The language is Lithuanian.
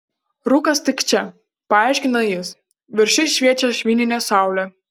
rūkas tik čia paaiškino jis viršuj šviečia švininė saulė